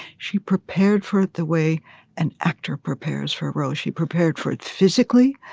she prepared for the way an actor prepares for a role. she prepared for it physically,